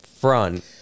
front